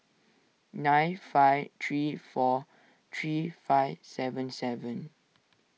nine five three four three five seven seven